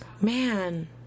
Man